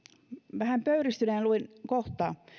vähän pöyristyneenä luin kohtaa